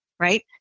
right